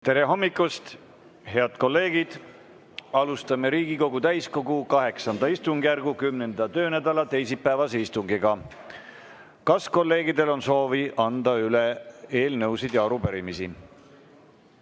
Tere hommikust, head kolleegid! Alustame Riigikogu täiskogu VIII istungjärgu 10. töönädala teisipäevast istungit. Kas kolleegidel on soovi anda üle eelnõusid ja arupärimisi?